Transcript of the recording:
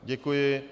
Děkuji.